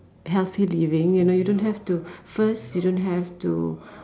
healthy living you know you don't have to first you don't have to